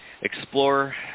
explore